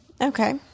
Okay